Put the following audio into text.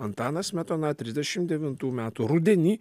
antanas smetona trisdešim devintų metų rudenį